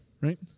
right